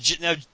now